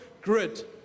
grid